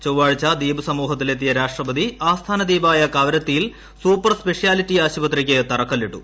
ചൊവ്വാഴ്ച ദ്വീപ് സമൂഹത്തിൽ എത്തിയ രാഷ്ട്രപതി ആസ്ഥാന ദ്വീപായ കവരത്തിയിൽ സൂപ്പർ സ്പെഷ്യാലിറ്റി ആശുപത്രിക്ക് തറക്കല്ലിട്ടു